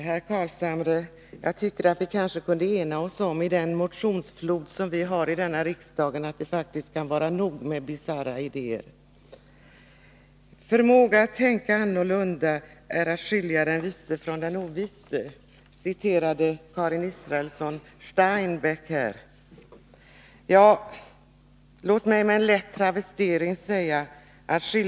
Herr talman! Herr Carlshamre och jag kunde kanske enas om att det i den motionsflod som vi har i riksdagen faktiskt kunde vara nog med bisarra idéer. Förmågan att tänka annorlunda än i går skiljer den vise från den envise, sade Karin Israelsson och citerade John Steinbeck.